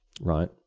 right